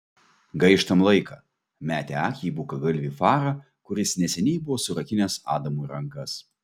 gaištam laiką metė akį į bukagalvį farą kuris neseniai buvo surakinęs adamui rankas